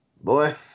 Boy